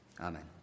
amen